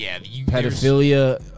Pedophilia